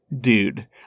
dude